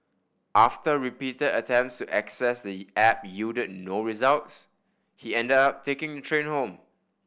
after repeated attempts access the app yielded no results he ended up taking the train home